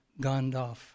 Gandalf